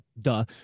duh